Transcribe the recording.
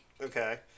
okay